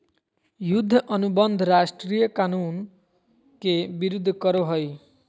युद्ध अनुबंध अंतरराष्ट्रीय कानून के विरूद्ध करो हइ